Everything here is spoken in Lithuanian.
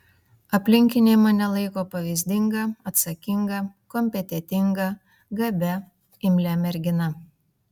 aplinkiniai mane laiko pavyzdinga atsakinga kompetentinga gabia imlia mergina